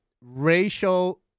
racial